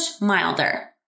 milder